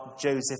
Joseph